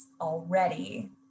already